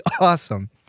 awesome